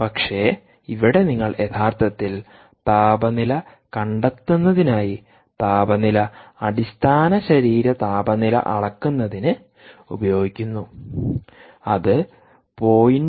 പക്ഷേ ഇവിടെ നിങ്ങൾ യഥാർത്ഥത്തിൽ താപനില കണ്ടെത്തുന്നതിനായിതാപനിലഅടിസ്ഥാന ശരീര താപനില അളക്കുന്നതിന് ഉപയോഗിക്കുന്നു അത് 0